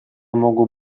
могут